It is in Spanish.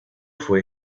fue